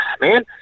Man